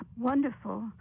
Wonderful